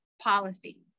policy